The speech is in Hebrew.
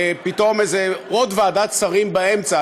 פתאום איזה עוד ועדת שרים באמצע.